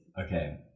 Okay